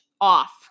off